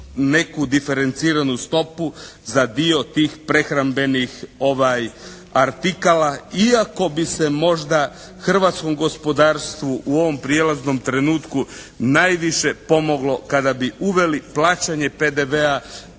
neku diferenciranu stopu za dio tih prehrambenih artikala, iako bi se možda hrvatskom gospodarstvu u ovom prijelaznom trenutku najviše pomoglo kada bi uveli plaćanje PDV-a